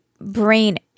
brain